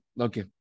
okay